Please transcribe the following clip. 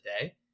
today